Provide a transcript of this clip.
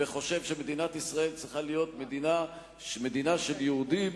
וחושב שמדינת ישראל צריכה להיות מדינה של יהודים,